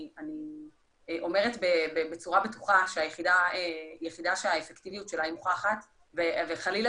אני אומרת בצורה בטוחה שהאפקטיביות של היחידה מוכחת וחלילה